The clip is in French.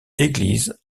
église